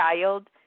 child